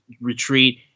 retreat